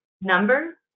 number